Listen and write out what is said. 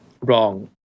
wrong